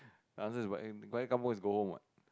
the answer is what balik kampung is go home what